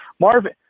Marvin